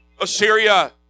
Assyria